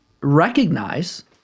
recognize